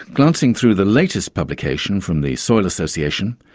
glancing through the latest publication from the soil association,